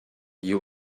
you